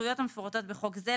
זכויות המפורטות בחוק זה,